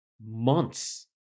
months